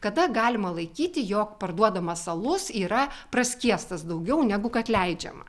kada galima laikyti jog parduodamas alus yra praskiestas daugiau negu kad leidžiama